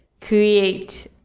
create